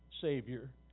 Savior